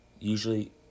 usually